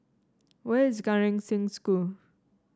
where is Gan Eng Seng School